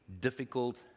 difficult